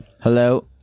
hello